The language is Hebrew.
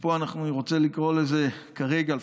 ופה אני רוצה לקרוא לזה כרגע,